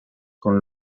con